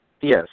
Yes